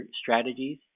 strategies